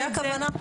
זו הכוונה.